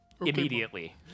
Immediately